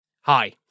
Hi